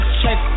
check